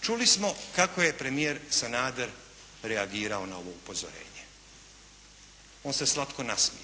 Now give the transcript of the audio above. Čuli smo kako je premijer Sanader reagirao na ovo upozorenje. On se slatko nasmijao